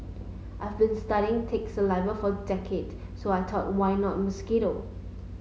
I've been studying tick saliva for a decade so I thought why not mosquito